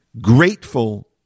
grateful